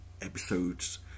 episodes